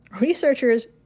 researchers